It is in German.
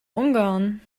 ungarn